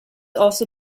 also